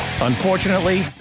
Unfortunately